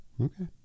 Okay